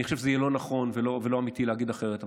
אני חושב שזה יהיה לא נכון ולא אמיתי להגיד אחרת.